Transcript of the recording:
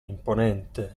imponente